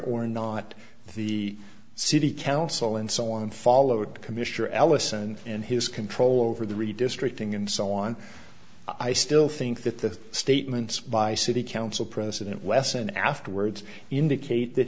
or not the city council and so on followed commissioner ellison and his control over the redistricting and so on i still think that the statements by city council president wesson afterwards indicate that